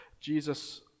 Jesus